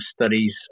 studies